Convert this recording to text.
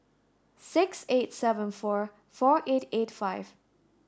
six eight seven four four eight eight five